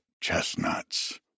chestnuts